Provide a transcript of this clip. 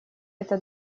это